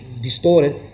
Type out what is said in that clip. distorted